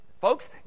folks